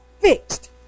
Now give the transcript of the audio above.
fixed